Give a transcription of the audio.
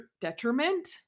detriment